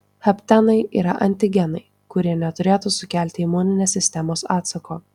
haptenai yra antigenai kurie neturėtų sukelti imuninės sistemos atsako